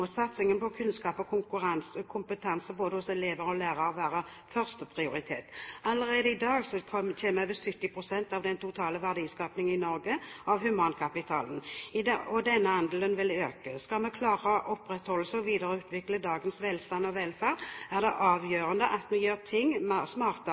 satsingen på kunnskap og kompetanse både hos elever og lærere ha førsteprioritet. Allerede i dag kommer over 70 pst. av den totale verdiskapingen i Norge av humankapitalen, og denne andelen vil øke. Skal vi klare å opprettholde og videreutvikle dagens velstand og velferd, er det avgjørende at vi gjør ting smartere